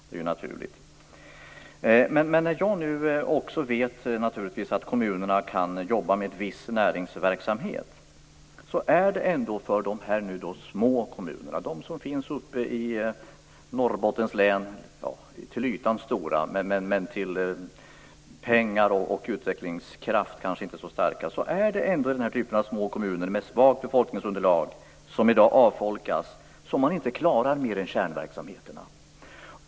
Det är ju naturligt. Jag vet ju att kommunerna kan jobba med viss näringsverksamhet. De små kommunerna som finns uppe i Norrbottens län - de är stora till ytan, men när det gäller pengar och utvecklingskraft är de inte så starka - med svagt befolkningsunderlag, och som avfolkas i dag, klarar inte mer än kärnverksamheterna.